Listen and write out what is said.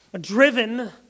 driven